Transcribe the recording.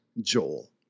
Joel